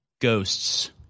ghosts